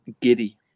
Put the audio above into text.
Giddy